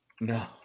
No